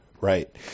Right